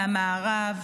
מהמערב,